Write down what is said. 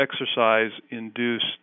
exercise-induced